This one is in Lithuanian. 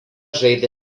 žaidė